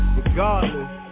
regardless